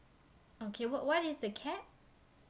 okay what what is the cap